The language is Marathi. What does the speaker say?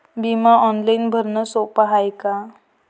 बिमा ऑनलाईन भरनं सोप हाय का?